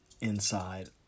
inside